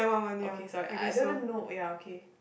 okay sorry I don't even know ya okay